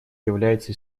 является